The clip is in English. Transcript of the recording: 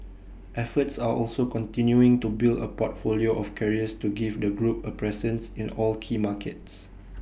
efforts are also continuing to build A portfolio of carriers to give the group A presence in all key markets